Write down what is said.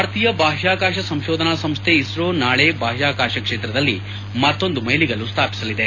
ಭಾರತೀಯ ಬಾಹ್ಕಾಕಾಶ ಸಂಶೋಧನಾ ಸಂಶೈ ಇಸ್ತೋ ನಾಳಿ ಬಾಹ್ಕಾಕಾಶ ಕ್ಷೇತ್ರದಲ್ಲಿ ಮತ್ತೊಂದು ಮೈಲಿಗಲ್ಲು ಸ್ಥಾಪಿಸಲಿದೆ